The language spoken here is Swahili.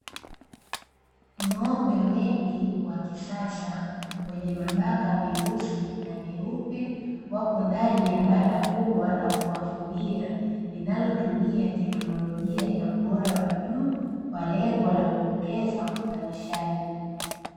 Ng'ombe wengi wa kisasa wenye mabaka meusi na meupe, wapo ndani ya banda kubwa la kuwafugia linalotumia teknolojia ya ubora wa juu, kwa lengo la kuongeza uzalishaji.